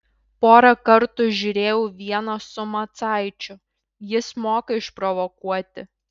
porą kartų žiūrėjau vieną su macaičiu jis moka išprovokuoti